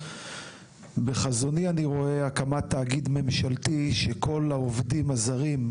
בחזוני אני רואה הקמת תאגיד ממשלתי שכל העובדים הזרים,